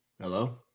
Hello